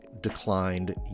declined